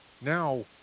now